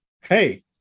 hey